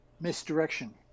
misdirection